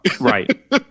Right